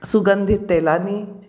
सुगंधित तेलाने